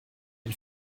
den